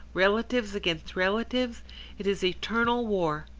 relatives against relatives it is eternal war.